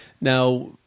Now